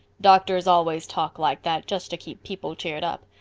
doctors always talk like that just to keep people cheered up.